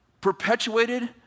perpetuated